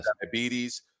diabetes